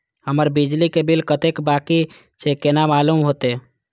हमर बिजली के बिल कतेक बाकी छे केना मालूम होते?